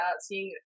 seeing